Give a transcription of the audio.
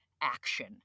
action